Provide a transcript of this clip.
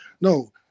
No